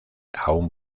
aún